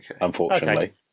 unfortunately